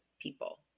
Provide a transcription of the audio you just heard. people